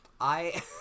I-